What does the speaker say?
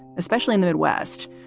especially in the midwest,